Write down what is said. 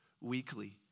weekly